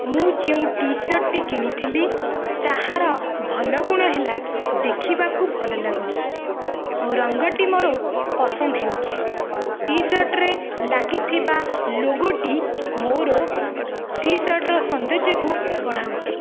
ମୁଁ ଯେଉଁ ଟି ସାର୍ଟଟି କିଣିଥିଲି ତାହାର ଭଲ ଗୁଣ ହେଲା ଦେଖିବାକୁ ଭଲ ଲାଗୁଛି ଓ ରଙ୍ଗଟି ମୋର ପସନ୍ଦ ହେଉଛି ଟି ସାର୍ଟରେ ଲାଗିଥିବା ଲୋଗୋଟି ମୋର ଟି ସାର୍ଟର ସୌନ୍ଦର୍ଯ୍ୟକୁ ବଢ଼ାଉଛି